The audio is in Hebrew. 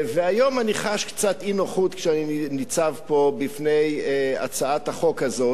והיום אני חש קצת אי-נוחות כשאני ניצב פה בפני הצעת החוק הזאת,